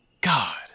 God